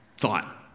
thought